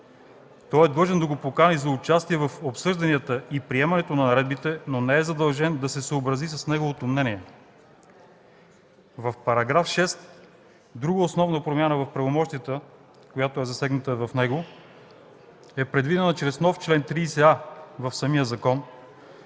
Той е длъжен да го покани за участие в обсъжданията и приемането на наредбите, но не е задължен да се съобрази с неговото мнение. Друга основна промяна в правомощията, която е засегната в § 6, е предвидена чрез нов чл. 30а в самия закон.